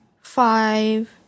five